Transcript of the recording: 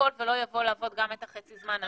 הכול ולא יבוא לעבוד גם את חצי הזמן הזה.